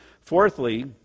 Fourthly